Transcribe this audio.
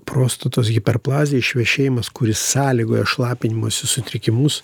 prostatos hiperplazija išvešėjimas kuris sąlygoja šlapinimosi sutrikimus